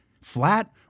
flat